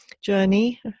journey